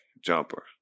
jumper